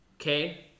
Okay